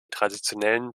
traditionellen